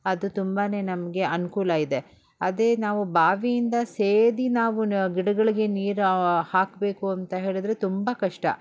ಅದು ತುಂಬಾ ನಮ್ಗೆ ಅನುಕೂಲ ಇದೆ ಅದೇ ನಾವು ಬಾವಿಯಿಂದ ಸೇದಿ ನಾವು ನ ಗಿಡಗಳಿಗೆ ನೀರು ಹಾಕಬೇಕು ಅಂತ ಹೇಳಿದರೆ ತುಂಬ ಕಷ್ಟ